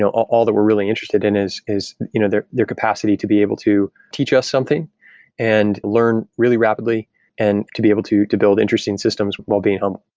all that we're really interested in is is you know their their capacity to be able to teach us something and learn really rapidly and to be able to to build interesting systems while being humble.